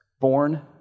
born